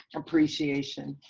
and appreciation.